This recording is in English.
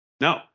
No